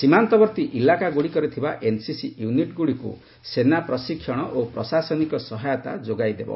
ସୀମାନ୍ତବର୍ତ୍ତୀ ଇଲାକାଗୁଡ଼ିକରେ ଥିବା ଏନ୍ସିସି ୟୁନିଟ୍ଗୁଡ଼ିକୁ ସେନା ପ୍ରଶିକ୍ଷଣ ଓ ପ୍ରଶାସନିକ ସହାୟତା ଯୋଗାଇଦେବ